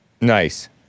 Nice